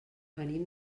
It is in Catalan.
venim